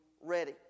ready